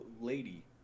lady